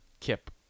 Kip